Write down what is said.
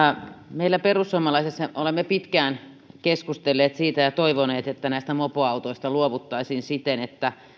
meillä perussuomalaisissa olemme pitkään keskustelleet siitä ja toivoneet että näistä mopoautoista luovuttaisiin siten että